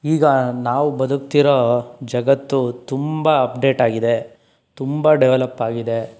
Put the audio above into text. ಈಗ ನಾವು ಬದುಕ್ತಿರೋ ಜಗತ್ತು ತುಂಬ ಅಪ್ಡೇಟ್ ಆಗಿದೆ ತುಂಬ ಡೆವಲಪ್ ಆಗಿದೆ